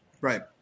Right